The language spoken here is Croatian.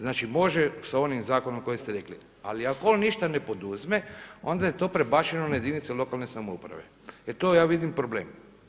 Znači može sa onim zakonom o kojem ste rekli ali ako on ništa ne poduzme, onda je to prebačeno na jedinice lokalne samouprave, e tu ja vidim problem.